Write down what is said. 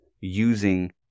using